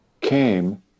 came